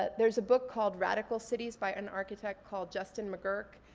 ah there's a book called radical cities by an architect called justin mcguirk.